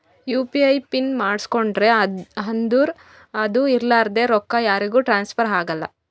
you P I pin ಮಾಡುಸ್ಕೊಂಡ್ರಿ ಅಂದುರ್ ಅದು ಇರ್ಲಾರ್ದೆ ರೊಕ್ಕಾ ಯಾರಿಗೂ ಟ್ರಾನ್ಸ್ಫರ್ ಆಗಲ್ಲಾ